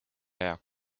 hea